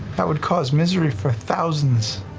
that would cause misery for thousands,